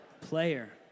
Player